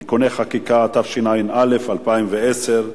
(תיקוני חקיקה), התשע"א 2010,